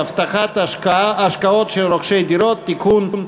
(הבטחת השקעות של רוכשי דירות) (תיקון,